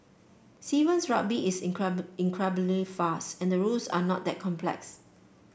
Sevens Rugby is incredibly fast and rules are not that complex